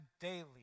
daily